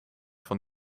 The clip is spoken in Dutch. van